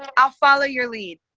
i'll follow your lead.